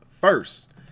first